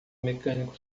mecânico